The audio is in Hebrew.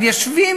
אבל יושבים